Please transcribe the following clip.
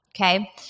okay